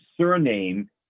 surname